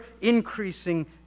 increasing